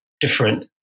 different